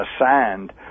assigned